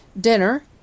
dinner